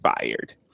fired